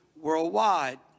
worldwide